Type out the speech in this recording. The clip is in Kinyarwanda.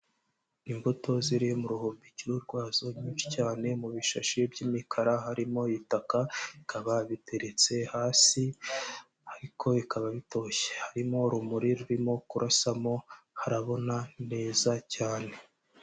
Imbuto ziri mu ruhumbikiro rwazo nyinshi cyane mu bishashi by'imikara harimo, itaka bikaba biteretse hasi ariko bikaba bitoshye harimo urumuri rurimo kurasamo, harabona neza cyane.